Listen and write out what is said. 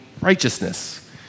righteousness